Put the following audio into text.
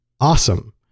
Awesome